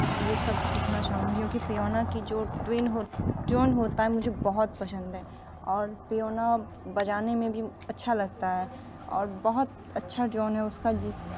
ये सब सिखाना चाहूँगी क्योंकि पियोन की जो ट्यून होती हैं मुझे बहुत पसंद है और पीयोना बजाने में भी अच्छा लगता हैं और बहुत अच्छा ट्यून हैं उसका जिस